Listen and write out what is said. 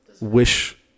wish